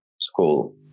school